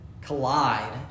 collide